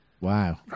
Wow